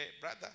brother